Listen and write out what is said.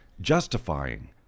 justifying